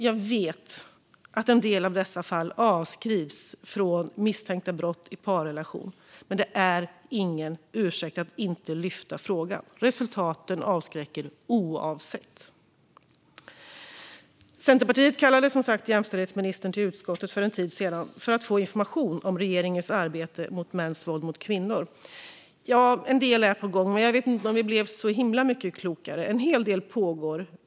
Jag vet att en del av dessa fall avskrivs från att vara misstänkta brott i parrelation, men det är ingen ursäkt för att inte lyfta upp frågan. Resultaten avskräcker oavsett. Centerpartiet kallade jämställdhetsministern till utskottet för en tid sedan för att få information om regeringens arbete mot mäns våld mot kvinnor. Jag vet inte om vi blev så mycket klokare. En hel del pågår och är på gång.